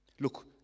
Look